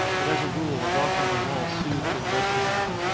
but as a rule a walk on the wall soothed and rested him.